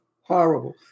Horrible